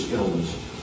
illness